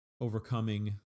overcoming